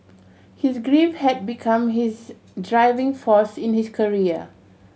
his grief had become his driving force in his career